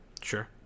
Sure